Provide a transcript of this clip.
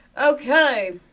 Okay